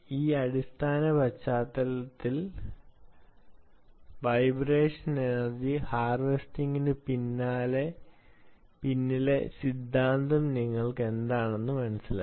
ഇതിലൂടെ vibration energy ഹാർവെസ്റ്റിംഗിനു പിന്നിലെ സിദ്ധാന്തം നിങ്ങൾക്ക് മനസ്സിലായി